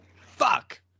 fuck